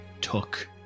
took